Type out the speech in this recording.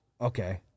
Okay